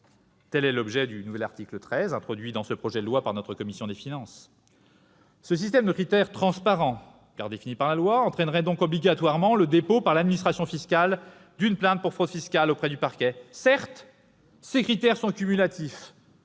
Tel est l'objet du nouvel article 13, introduit dans ce projet de loi par notre commission des finances. Ce système de critères transparents, car définis par la loi, entraînerait donc obligatoirement le dépôt par l'administration fiscale d'une plainte pour fraude fiscale auprès du parquet. Ces critères sont cumulatifs